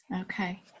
Okay